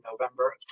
november